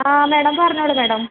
ആ മാഡം പറഞ്ഞോളൂ മാഡം